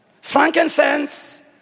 frankincense